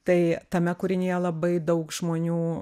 tai tame kūrinyje labai daug žmonių